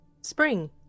spring